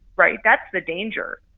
right? that's the danger.